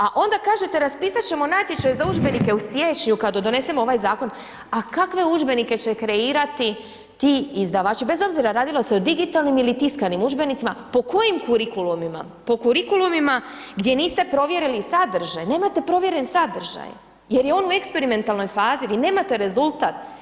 A onda kažete raspisat ćemo natječaj za udžbenike u siječnju kada donesemo ovaj zakon, a kakve udžbenike će kreirati ti izdavači, bez obzira radilo se o digitalnim ili tiskanim udžbenicima, po kojim kurikulumima, po kurikulumima gdje niste provjerili sadržaj, nemate provjeren sadržaj jer je on u eksperimentalnoj fazi, vi nemate rezultat.